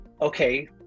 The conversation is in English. okay